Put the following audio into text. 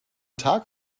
tag